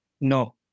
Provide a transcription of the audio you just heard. No